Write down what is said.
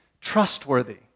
trustworthy